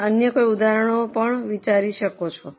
તમે અન્ય કોઇ ઉદાહરણો વિચારી શકો છો